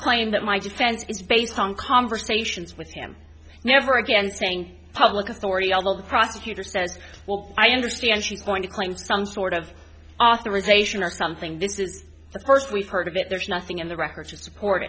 claim that my defense is based on conversations with him never again saying public authority all the prosecutor says well i understand she's going to claim some sort of authorization or something this is the first we've heard of it there's nothing in the record to support